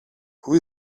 who